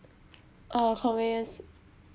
uh